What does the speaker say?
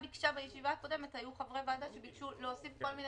בישיבה הקודמת היו חברי ועדה שביקשו להוסיף כל מיני